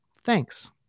thanks